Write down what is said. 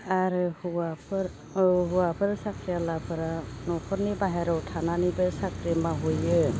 आरो हौवाफोर ओ हौवाफोर साख्रि आवलाफोरा न'खरनि बाहेरायाव थानानैबो साख्रि मावहैयो